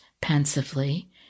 pensively